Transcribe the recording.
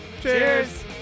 Cheers